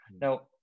Now